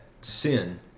sin